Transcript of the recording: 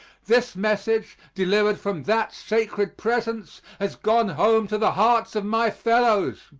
this message, delivered from that sacred presence, has gone home to the hearts of my fellows!